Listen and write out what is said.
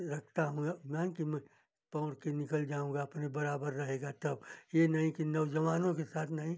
रखता हूँ हालाँकि मैं पौंर के निकल जाऊँगा अपने बराबर रहेगा तब ये नहीं कि नौजवानों के साथ नहीं